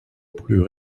plus